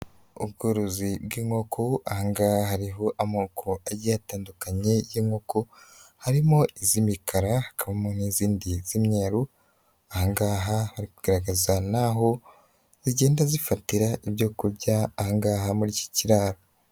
Ubworozi bw'inkoko aha ngaha hariho amoko agiye atandukanye y'inkoko, harimo iz'imikara hakamo n'izindi z'imyeru, aha ngaha hagaragaza n'aho zigenda zifatira ibyo kurya aha ngaha muri iki kiraro.